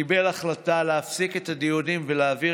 הוא קיבל החלטה להפסיק את הדיונים ולהעביר